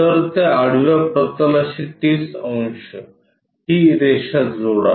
तर त्या आडव्या प्रतलाशी 30 अंश ही रेषा जोडा